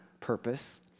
purpose